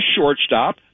shortstop